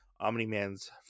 Omni-Man's